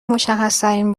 مشخصترین